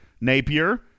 Napier